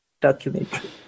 documentary